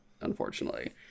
unfortunately